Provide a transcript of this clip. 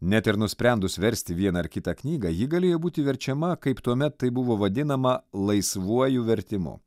net ir nusprendus versti vieną ar kitą knygą ji galėjo būti verčiama kaip tuomet tai buvo vadinama laisvuoju vertimu